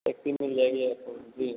taxi मिल जाएगी आपको जी